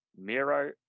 Miro